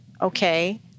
Okay